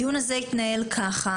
הדיון הזה יתנהל ככה,